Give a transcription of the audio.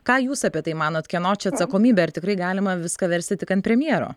ką jūs apie tai manot kieno čia atsakomybė ar tikrai galima viską versti tik ant premjero